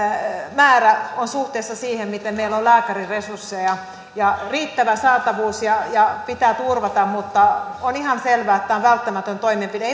määrä on suhteessa siihen miten meillä on lääkäriresursseja ja riittävä saatavuus pitää turvata mutta on ihan selvää että tämä on välttämätön toimenpide